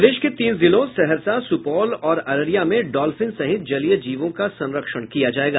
प्रदेश के तीन जिलो सहरसा सुपौल और अररिया में डॉल्फिन सहित जलीय जीवों का संरक्षण किया जायेगा